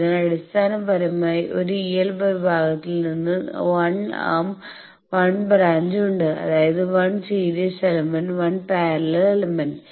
അതിനാൽ അടിസ്ഥാനപരമായി ഒരു EL വിഭാഗത്തിൽ നിങ്ങൾക്ക് 1 ആം 1 ബ്രാഞ്ച് ഉണ്ട് അതായത് 1 സീരീസ് എലമെന്റ് 1 പാരലൽ എലമെന്റ്